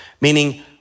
Meaning